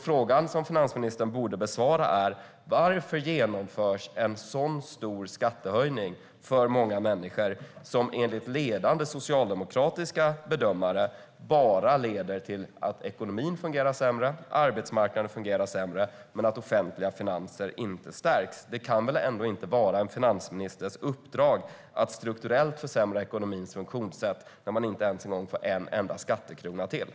Frågan som finansministern borde besvara är: Varför genomförs en sådan stor skattehöjning för många människor, som enligt ledande socialdemokratiska bedömare bara leder till att ekonomin fungerar sämre och att arbetsmarknaden fungerar sämre och att offentliga finanser inte stärks? Det kan väl ändå inte vara en finansministers uppdrag att strukturellt försämra ekonomins funktionssätt när man inte ens får en enda skattekrona till.